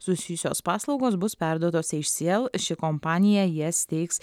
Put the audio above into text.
susijusios paslaugos bus perduotos ei si el ši kompanija jas teiks